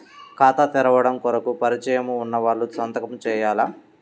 ఖాతా తెరవడం కొరకు పరిచయము వున్నవాళ్లు సంతకము చేయాలా?